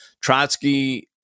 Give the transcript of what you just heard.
Trotsky